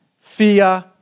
fear